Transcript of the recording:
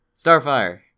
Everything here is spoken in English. Starfire